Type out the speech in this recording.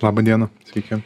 laba diena sveiki